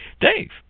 Dave